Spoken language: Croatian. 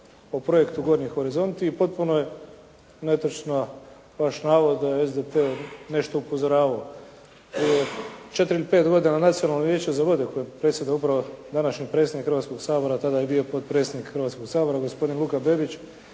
o projektu “Gornji horizonti“ i potpuno je netočan vaš navod da je SDP nešto upozoravao. Prije četiri ili pet godina na Nacionalno vijeće za vode kojemu predsjeda upravo današnji predsjednik Hrvatskog sabora, a tada je bio potpredsjednik Hrvatskog sabora gospodin Luka Bebić